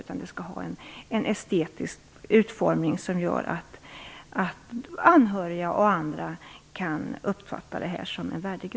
Den skall ha en estetisk utformning som gör att anhöriga och andra kan uppfatta graven som värdig.